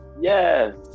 Yes